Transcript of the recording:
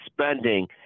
spending